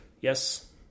Yes